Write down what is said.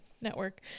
network